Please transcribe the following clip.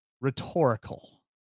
rhetorical